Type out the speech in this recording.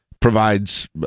Provides